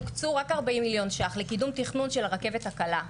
הוקצו רק 40 מיליון שקלים לקידום תכנון של הרכבת הקלה,